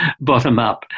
bottom-up